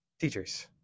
teachers